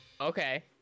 Okay